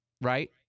right